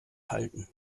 halten